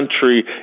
country